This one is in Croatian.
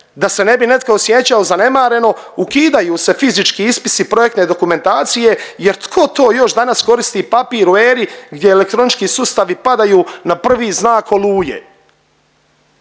da se ne bi netko osjećao zanemareno, ukidaju se fizički ispisi projektne dokumentacije jer tko to još danas koristi papir u eri gdje elektronički sustavi padaju na prvi znak oluje.